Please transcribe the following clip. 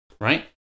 right